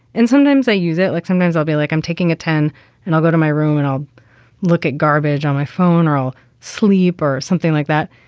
and sometimes i use it like sometimes i'll be like, i'm taking a ten and i'll go to my room and i'll look at garbage on my phone or i'll sleep or something like that.